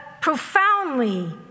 profoundly